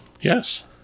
yes